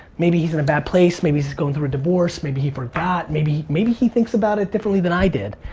maybe he's in a bad place, maybe he's going through a divorce, maybe he forgot, maybe maybe he thinks about it differently than i did.